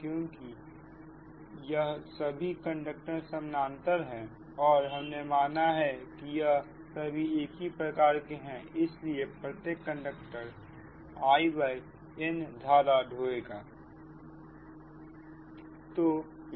क्योंकि यह सभी कंडक्टर समानांतर है और हमने माना है कि यह सभी एक ही प्रकार के हैं इसलिए प्रत्येक कंडक्टर In धारा को ढोएगा